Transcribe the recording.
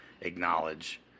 acknowledge